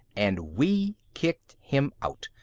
and we kicked him out.